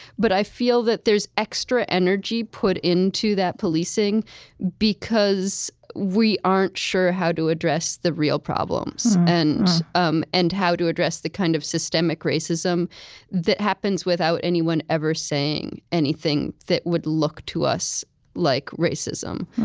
but i feel that there's extra energy put into that policing because we aren't sure how to address the real problems and um and how to address the kind of systemic racism that happens without anyone ever saying anything that would look to us like racism.